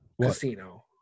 Casino